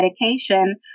medication